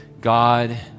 God